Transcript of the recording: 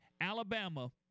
Alabama